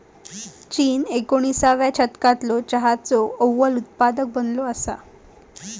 चीन एकविसाव्या शतकालो चहाचो अव्वल उत्पादक बनलो असा